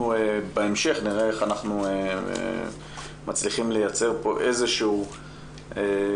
אנחנו בהמשך נראה איך אנחנו מצליחים לייצר פה איזשהו פתרון.